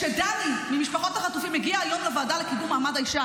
כשדני ממשפחות החטופים הגיע היום לוועדה לקידום מעמד האישה